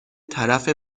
طرف